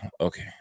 okay